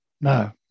No